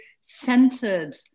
centered